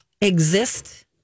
exist